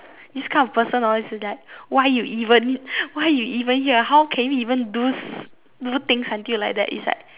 this kind of person hor is like why you even why you even here how can you even do do things until like that is like